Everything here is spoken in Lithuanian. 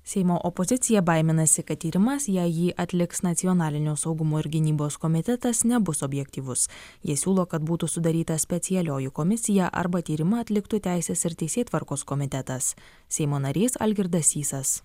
seimo opozicija baiminasi kad tyrimas jei jį atliks nacionalinio saugumo ir gynybos komitetas nebus objektyvus jie siūlo kad būtų sudaryta specialioji komisija arba tyrimą atliktų teisės ir teisėtvarkos komitetas seimo narys algirdas sysas